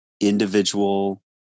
individual